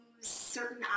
certain